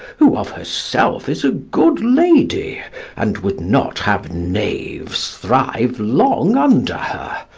who of herself is a good lady and would not have knaves thrive long under her?